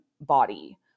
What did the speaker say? body